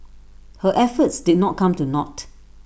her efforts did not come to naught